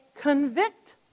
convict